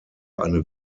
eine